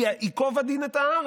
כי ייקוב הדין את ההר.